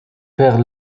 per